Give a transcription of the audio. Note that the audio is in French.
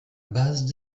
base